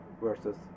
versus